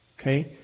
okay